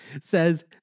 says